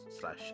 slash